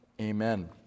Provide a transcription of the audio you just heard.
amen